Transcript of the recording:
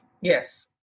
Yes